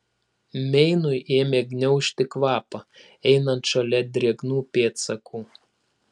meinui ėmė gniaužti kvapą einant šalia drėgnų pėdsakų